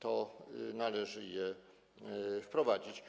to należy je wprowadzić.